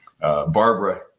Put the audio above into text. Barbara